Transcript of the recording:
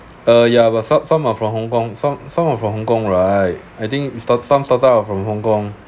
uh ya but some some are from hong kong some some are from hong kong right I think some some started out from hong kong